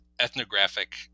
ethnographic